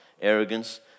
Arrogance